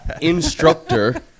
instructor